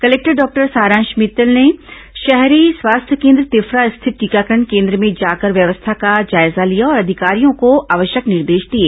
collector doctor Saransh Mittar ने शहरी स्वास्थ्य केन्द्र तिफरा स्थित टीकाकरण केन्द्र में जाकर व्यवस्था का जायजा लिया और अधिकारियों को आवश्यक निर्देश दिए